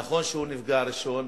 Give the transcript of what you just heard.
נכון שהוא נפגע ראשון,